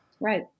Right